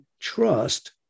trust